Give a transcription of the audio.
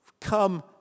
come